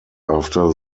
after